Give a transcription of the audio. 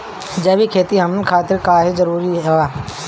जैविक खेती हमन खातिर काहे जरूरी बा?